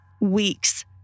weeks